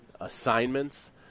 Assignments